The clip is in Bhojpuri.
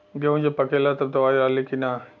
गेहूँ जब पकेला तब दवाई डाली की नाही?